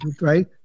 right